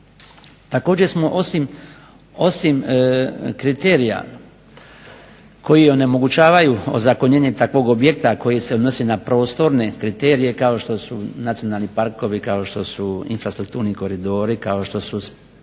Također smo osim kriterija koji onemogućavaju ozakonjenje takvog objekta koji se odnosi na prostorne kriterije kao što su nacionalni parkovi, kao što su infrastrukturi koridori, kao što su